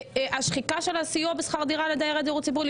השחיקה של הסיוע בשכר דירה לדיירים בדיור הציבורי.